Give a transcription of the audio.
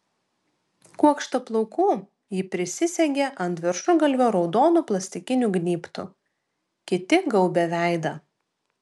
kuokštą plaukų ji prisisegė ant viršugalvio raudonu plastikiniu gnybtu kiti gaubė veidą